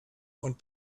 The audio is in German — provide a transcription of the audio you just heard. und